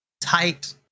tight